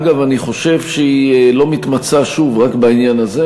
אגב, אני חושב שהיא לא מתמצה רק בעניין הזה.